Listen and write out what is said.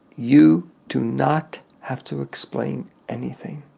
you do not have to explain anything.